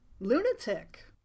Lunatic